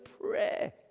pray